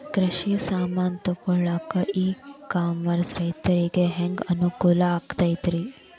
ಕೃಷಿ ಸಾಮಾನ್ ತಗೊಳಕ್ಕ ಇ ಕಾಮರ್ಸ್ ರೈತರಿಗೆ ಹ್ಯಾಂಗ್ ಅನುಕೂಲ ಆಕ್ಕೈತ್ರಿ?